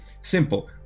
simple